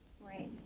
Right